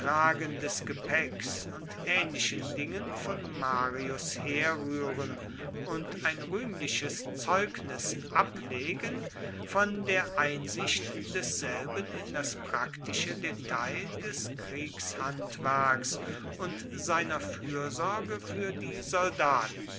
des gepäcks und ähnlichen dingen von marius herrühren und ein rühmliches zeugnis ablegen von der einsicht desselben in das praktische detail des kriegshandwerks und seiner fürsorge für die soldaten